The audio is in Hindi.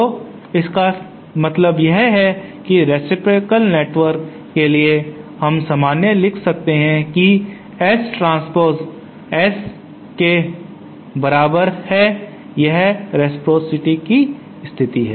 तो इसका मतलब यह है कि रेसिप्रोकाल नेटवर्क के लिए हम सामान्य लिख सकते हैं कि S ट्रांस्पोस का मान S के बराबर है यह रेसप्रॉसिटी की स्थिति है